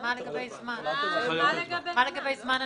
מה לגבי זמן הנסיעה?